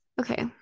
Okay